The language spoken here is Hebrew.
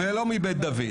ולא מבית דוד.